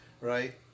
right